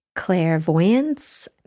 Clairvoyance